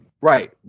right